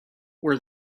where